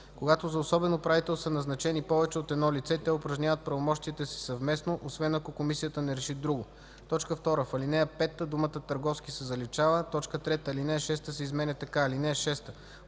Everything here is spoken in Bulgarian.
Когато за особен управител са назначени повече от едно лице, те упражняват правомощията си съвместно, освен ако комисията не реши друго.” 2. В ал. 5 думата „търговски” се заличава. 3. Алинея 6 се изменя така: „(6)